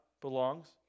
belongs